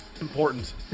Important